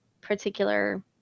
particular